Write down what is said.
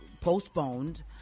postponed